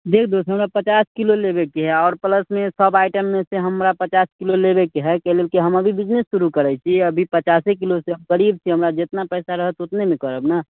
देख दोस्त हमरा पचास किलो लेबयके यए आओर प्लसमे सभ आइटममे सँ हमरा पचास किलो लेबयके हइ कै लेल कि हम अभी बिजनेस शुरू करैत छी अभी पचासे किलोसँ गरीब छी हमरा जितना पैसा रहत उतने ने करब